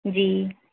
جی